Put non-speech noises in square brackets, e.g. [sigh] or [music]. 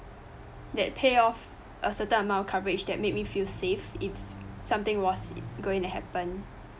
that pay off a certain amount of coverage that make me feel safe if something was [noise] going to happen